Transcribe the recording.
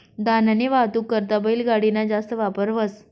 धान्यनी वाहतूक करता बैलगाडी ना जास्त वापर व्हस